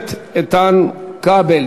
הכנסת איתן כבל.